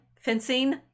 fencing